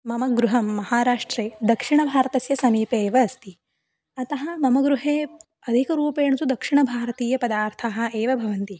मम गृहं महाराष्ट्रे दक्षिणभारतस्य समीपे एव अस्ति अतः मम गृहे अधिकरूपेण तु दक्षिणभारतीयपदार्थः एव भवन्ति